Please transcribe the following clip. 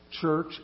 church